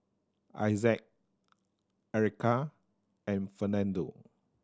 Issac Ericka and Fernando